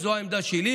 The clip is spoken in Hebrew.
זו העמדה שלי.